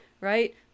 right